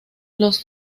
los